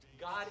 God